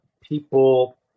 people